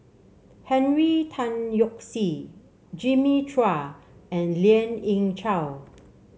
Henry Tan Yoke See Jimmy Chua and Lien Ying Chow